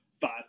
five